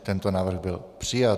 Tento návrh byl přijat.